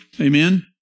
Amen